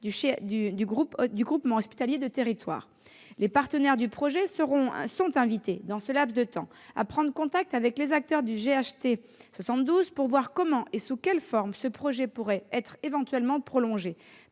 du groupement hospitalier de territoire. Les partenaires du projet sont invités, dans ce laps de temps, à prendre contact avec les acteurs du groupement hospitalier de territoire 72 pour voir comment et sous quelle forme ce projet pourrait être éventuellement prolongé.